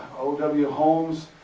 o w. holmes,